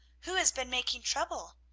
who has been making trouble?